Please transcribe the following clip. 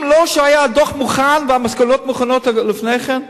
אם לא היה הדוח מוכן והמסקנות מוכנות לפני כן,